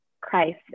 Christ